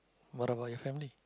what about your family